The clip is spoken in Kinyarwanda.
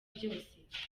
byose